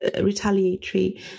retaliatory